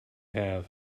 have